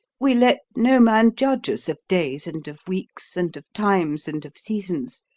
we let no man judge us of days and of weeks, and of times and of seasons.